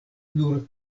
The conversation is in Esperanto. nur